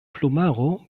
plumaro